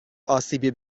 اسیبی